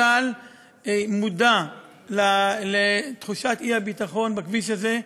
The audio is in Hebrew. צה"ל מודע לתחושת האי-ביטחון בכביש הזה.